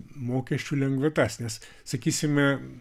mokesčių lengvatas nes sakysime